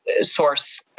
source